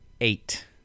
eight